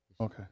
Okay